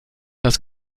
das